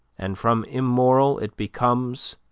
and from immoral it becomes,